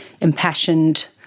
impassioned